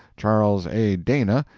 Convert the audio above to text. charles a. dana,